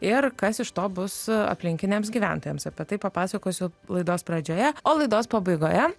ir kas iš to bus aplinkiniams gyventojams apie tai papasakosiu laidos pradžioje o laidos pabaigoje